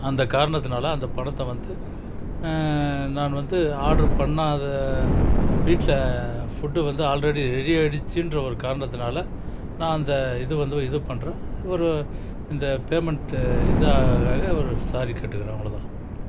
அந்த காரணத்துனால் அந்த பணத்தை வந்து நான் வந்து ஆட்ரு பண்ணாத வீட்டில் ஃபுட்டு வந்து ஆல்ரெடி ரெடி ஆயிடுச்சுன்ற ஒரு காரணத்துனால் நான் அந்த இது வந்து இது பண்ணுறேன் ஒரு இந்த பேமெண்ட்டு இது ஆகிறதால ஒரு சாரி கேட்டுக்குறேன் அவ்வளோ தான்